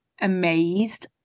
amazed